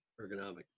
ergonomic